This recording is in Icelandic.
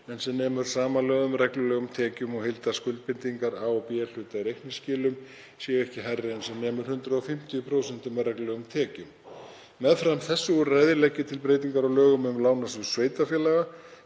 en sem nemur samanlögðum reglulegum tekjum og að heildarskuldbindingar A- og B-hluta í reikningsskilum séu ekki hærri en sem nemur 150% af reglulegum tekjum. Meðfram þessu úrræði legg ég til breytingar á lögum um Lánasjóð sveitarfélaga